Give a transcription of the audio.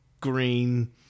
green